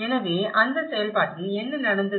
எனவே அந்த செயல்பாட்டில் என்ன நடந்தது